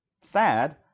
sad